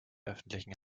öffentlichen